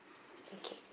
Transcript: okay